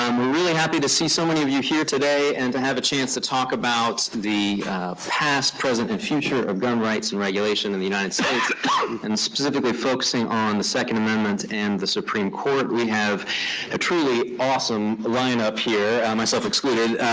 um we're really happy to see so many of you here today and to have a chance to talk about the past, present, and future of gun rights and regulation in the united states and specifically focusing on the second amendment and the supreme court. we have a truly awesome lineup here, myself excluded,